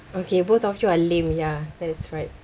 okay both of you are lame ya that is right